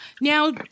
Now